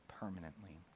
permanently